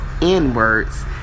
inwards